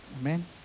amen